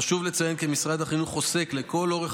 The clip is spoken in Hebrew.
חשוב לציין כי משרד החינוך עוסק לכל אורך